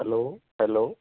hello hello